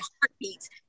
heartbeats